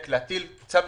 זה הסירוב